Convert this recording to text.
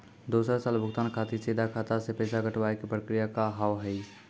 दोसर साल भुगतान खातिर सीधा खाता से पैसा कटवाए के प्रक्रिया का हाव हई?